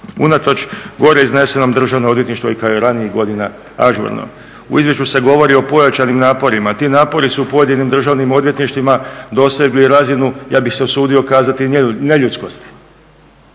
Unatoč gore izneseno Državno odvjetništvo kao i ranijih godina ažurno. U izvješću se govori o pojačanim naporima. Ti napori su u pojedinim državnim odvjetništvima dosegli razinu ja bih se usudio kazati i neljudskosti.